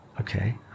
Okay